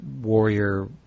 Warrior